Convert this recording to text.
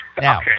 Now